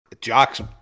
Jocks